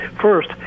first